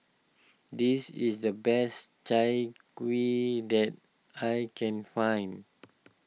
this is the best Chai Kuih that I can find